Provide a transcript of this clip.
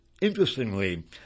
Interestingly